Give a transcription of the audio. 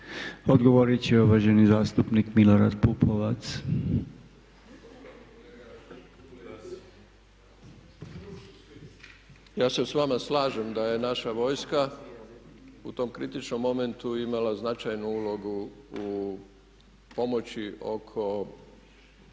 Odgovorit će uvaženi zastupnik Milorad Pupovac. **Pupovac, Milorad (SDSS)** Ja se sa vama slažem da je naša vojska u tom kritičnom momentu imala značajnu ulogu u pomoći oko